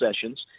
sessions